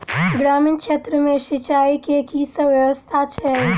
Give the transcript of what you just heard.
ग्रामीण क्षेत्र मे सिंचाई केँ की सब व्यवस्था छै?